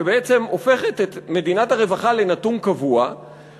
שבעצם הופכת את מדינת הרווחה לנתון קבוע,